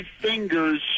fingers